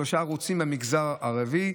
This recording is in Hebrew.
שלושה ערוצים במגזר הערבי.